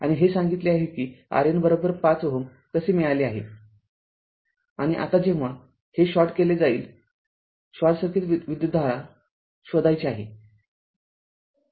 आणि हे सांगितले आहे की RN ५ Ω कसे मिळाले आहे आणि आताजेव्हा हे शॉर्ट केले जाईल शॉर्ट सर्किट विद्युतधारा शोधायची आहे